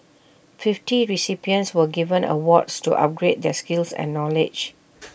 fifty recipients were given awards to upgrade their skills and knowledge